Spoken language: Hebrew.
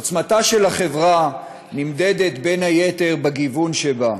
עוצמתה של החברה נמדדת בין היתר בגיוון שבה,